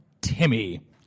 Timmy